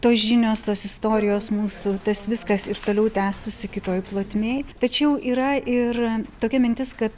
tos žinios tos istorijos mūsų tas viskas ir toliau tęstųsi kitoj plotmėj tačiau yra ir tokia mintis ka